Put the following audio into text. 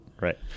Right